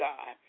God